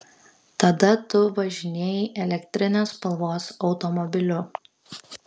tada tu važinėjai elektrinės spalvos automobiliu